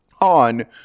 on